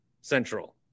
Central